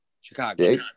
Chicago